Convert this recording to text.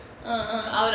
uh uh